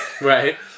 Right